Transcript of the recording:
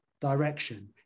direction